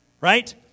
right